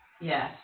Yes